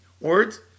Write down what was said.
words